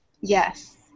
Yes